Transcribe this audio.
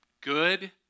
Good